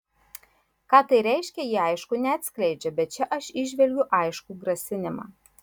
ką tai reiškia jie aišku neatskleidžia bet čia aš įžvelgiu aiškų grasinimą